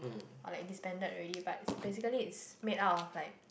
or like disbanded already but basically it's made up of like